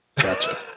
Gotcha